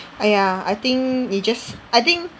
!aiya! I think 你 just I think